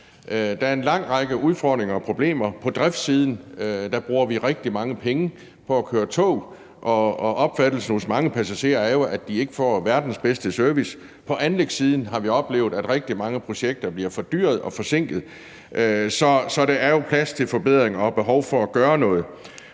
Der er en lang række udfordringer og problemer. På driftssiden bruger vi rigtig mange penge på at køre tog, og opfattelsen hos mange passagerer er jo, at de ikke får verdens bedste service. På anlægssiden har vi oplevet, at rigtig mange projekter bliver fordyret og forsinket. Så der er jo plads til forbedring og behov for at gøre noget.